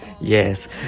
Yes